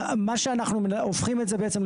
מה שאנחנו הופכים את זה בעצם,